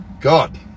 God